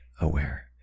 aware